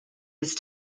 used